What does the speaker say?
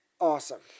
awesome